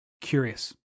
curious